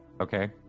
okay